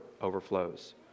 overflows